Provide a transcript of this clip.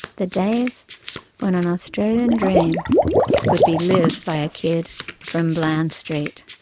the days when an australian dream could be lived by a kid from bland street.